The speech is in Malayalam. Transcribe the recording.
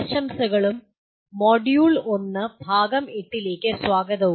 ആശംസകളും മൊഡ്യൂൾ 1 ഭാഗം 8 ലേക്ക് സ്വാഗതവും